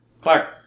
Clark